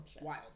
wild